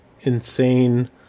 insane